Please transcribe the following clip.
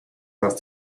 must